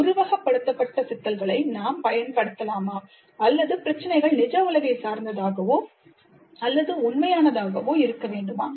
உருவகப்படுத்தப்பட்ட சிக்கல்களை நாம் பயன்படுத்தலாமா அல்லது பிரச்சினைகள் நிஜ உலகில் சார்ந்ததாகவோ அல்லது உண்மையானதாக இருக்க வேண்டுமா